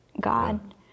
God